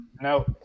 No